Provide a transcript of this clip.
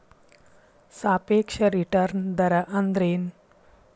ಸಾಪೇಕ್ಷ ರಿಟರ್ನ್ ದರ ಅಂದ್ರೆನ್